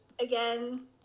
again